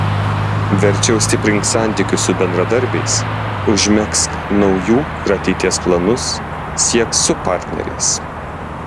verčiau stiprink santykius su bendradarbiais užmegzk naujų ir ateities planus siek su partneriais